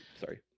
Sorry